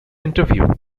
interview